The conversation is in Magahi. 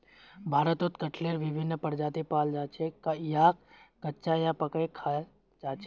भारतत कटहलेर विभिन्न प्रजाति पाल जा छेक याक कच्चा या पकइ खा छेक